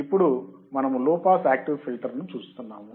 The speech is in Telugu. ఇప్పుడు మనము లో పాస్ యాక్టివ్ ఫిల్టర్ను చూస్తున్నాము